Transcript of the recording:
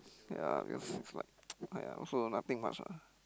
ya because it's like !aiya! also nothing much ah